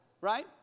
right